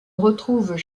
retrouvent